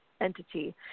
entity